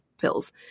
pills